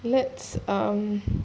let's um